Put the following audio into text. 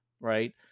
Right